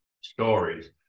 stories